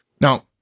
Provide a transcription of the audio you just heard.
Now